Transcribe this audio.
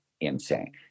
insane